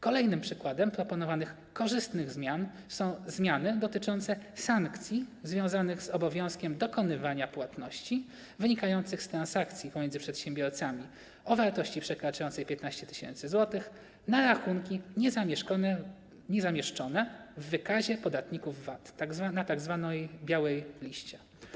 Kolejnym przykładem proponowanych korzystnych zmian są zmiany dotyczące sankcji związanych z obowiązkiem dokonywania płatności wynikających z transakcji pomiędzy przedsiębiorcami o wartości przekraczającej 15 tys. zł na rachunki niezamieszczone w wykazie podatników VAT, na tzw. białej liście.